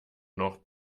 noch